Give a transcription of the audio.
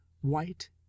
white